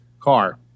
car